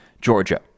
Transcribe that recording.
Georgia